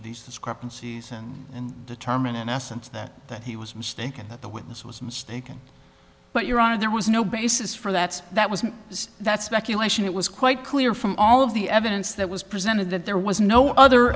these discrepancies and determine in essence that that he was mistaken that the witness was mistaken but your honor there was no basis for that that was just that speculation it was quite clear from all of the evidence that was presented that there was no other